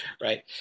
right